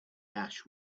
ash